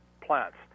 plants